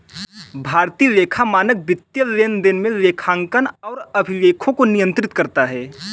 भारतीय लेखा मानक वित्तीय लेनदेन के लेखांकन और अभिलेखों को नियंत्रित करता है